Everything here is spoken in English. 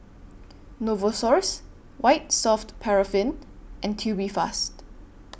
Novosource White Soft Paraffin and Tubifast